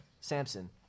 Samson